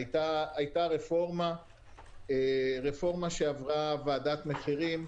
היתה רפורמה שעברה ועדת מחירים,